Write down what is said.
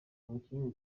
umukinnyi